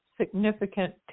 significant